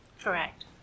Correct